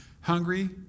hungry